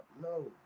No